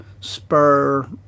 spur